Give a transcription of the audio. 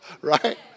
right